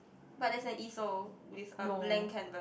but there's an easel with a blank canvas